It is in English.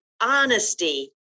honesty